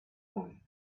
one